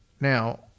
Now